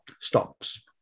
stops